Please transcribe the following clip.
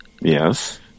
Yes